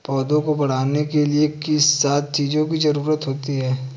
पौधों को बढ़ने के लिए किन सात चीजों की जरूरत होती है?